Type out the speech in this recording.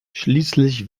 schließlich